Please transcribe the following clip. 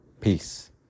peace